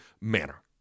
manner